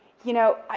you know,